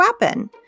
weapon